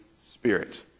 spirit